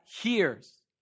hears